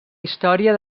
història